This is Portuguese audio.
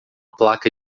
placa